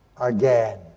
again